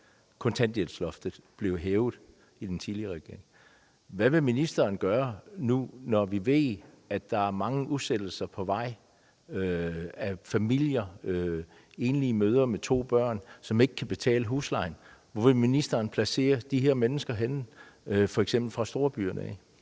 kontanthjælpsloftet blev hævet under den regering. Hvad vil ministeren gøre, når vi nu ved, at der er mange udsættelser på vej af familier, enlige mødre med to børn, som ikke kan betale huslejen? Hvorhenne vil ministeren placere de her mennesker, f.eks. dem fra storbyerne?